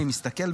אני מסתכל,